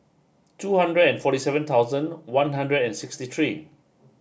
two hundred and forty seven thousand one hundred and sixty three